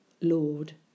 Lord